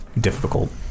difficult